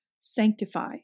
sanctify